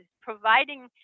providing